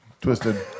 twisted